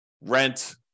rent